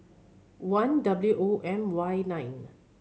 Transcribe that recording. one W O M Y nine